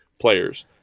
players